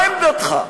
מה עמדתך: